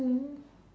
mm